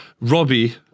Robbie